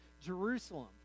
Jerusalem